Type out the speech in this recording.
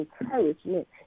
encouragement